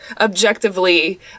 objectively